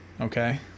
Okay